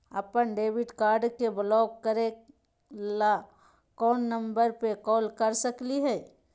अपन debit card के block करे ला कौन नंबर पे कॉल कर सकली हई?